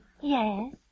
Yes